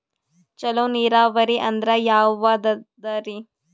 ಚಲೋ ನೀರಾವರಿ ಅಂದ್ರ ಯಾವದದರಿ?